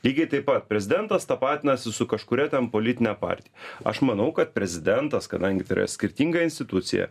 lygiai taip pat prezidentas tapatinasi su kažkuria ten politine partija aš manau kad prezidentas kadangi tai yra skirtinga institucija